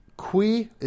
Qui